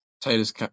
Titus